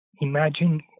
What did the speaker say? Imagine